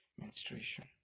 menstruation